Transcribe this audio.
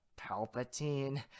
Palpatine